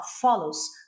follows